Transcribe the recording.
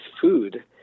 food